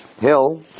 hill